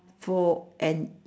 for an